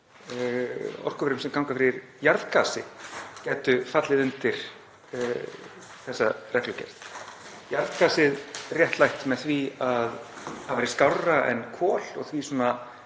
orkuverum sem ganga fyrir jarðgasi gætu fallið undir þessa reglugerð. Jarðgasið var réttlætt með því að það væri skárra en kol og því